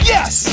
Yes